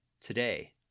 Today